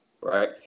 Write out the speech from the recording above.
right